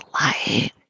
light